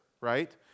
right